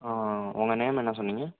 உங்கள் நேம் என்ன சொன்னிங்க